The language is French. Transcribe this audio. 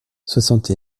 soixante